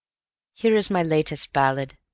here is my latest ballad,